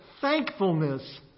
thankfulness